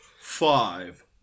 five